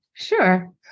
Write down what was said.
Sure